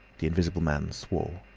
the invisible man swore.